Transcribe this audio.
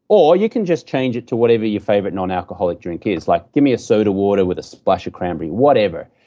or, you can just change it to whatever your favorite non-alcoholic drink is, like give me a soda water with a splash of cranberry. whatever.